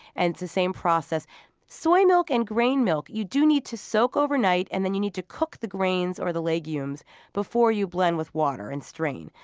and it's the same process soy milk and grain milk you do need to soak overnight, and then you need to cook the grains or the legumes before you blend them with water and strain.